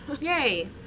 Yay